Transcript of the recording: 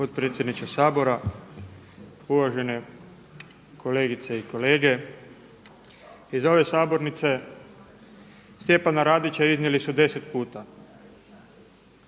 Potpredsjedniče Sabora, uvažene kolegice i kolege. Iz ove sabornice Stjepana Radića iznijeli su deset puta.